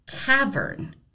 cavern